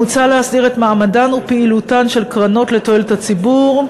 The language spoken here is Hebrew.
מוצע להסדיר את מעמדן ופעילותן של קרנות לתועלת הציבור,